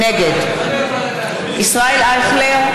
נגד ישראל אייכלר,